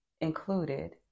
included